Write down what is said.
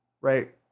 Right